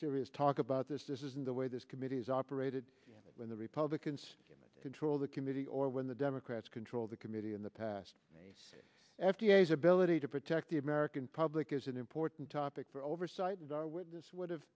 serious talk about this this isn't the way this committee is operated when the republicans controlled the committee or when the democrats controlled the committee in the past f d a is ability to protect the american public is an important topic for oversight and this would have